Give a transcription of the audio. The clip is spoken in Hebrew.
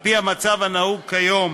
על-פי המצב הנהוג היום